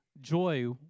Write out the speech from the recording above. joy